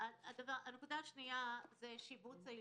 הנקודה השנייה היא שיבוץ הילדים.